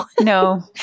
no